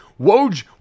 Woj